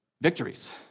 victories